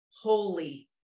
Holy